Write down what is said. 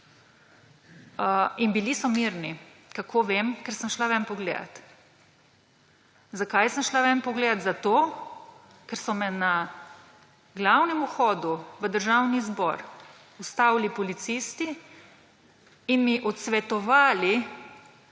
so bili mirni. Kako vem? Ker sem šla ven pogledat. Zakaj sem šla ven pogledat? Ker so me na glavnem vhodu v Državni zbor ustavili policisti in mi odsvetovali,